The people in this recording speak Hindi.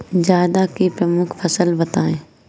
जायद की प्रमुख फसल बताओ